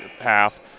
half